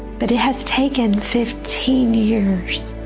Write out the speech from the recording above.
but it has taken fifteen years.